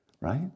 right